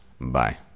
Bye